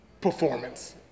performance